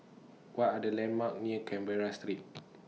What Are The landmarks near Canberra Street